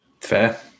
Fair